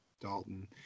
Dalton